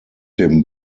dem